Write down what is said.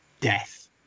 death